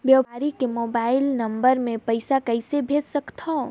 व्यापारी के mobile number मे पईसा कइसे भेज सकथव?